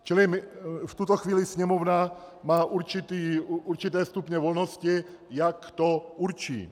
Čili v tuto chvíli Sněmovna má určité stupně volnosti, jak to určí.